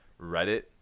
Reddit